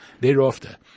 thereafter